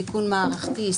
סיכון מערכתי,